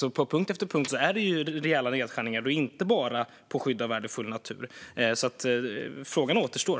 Det är alltså rejäla nedskärningar på punkt efter punkt, inte bara på skydd av värdefull natur, så frågan kvarstår.